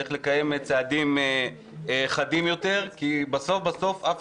צריך לקיים צעדים חדים יותר כי בסוף אף